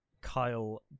Kyle